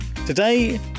Today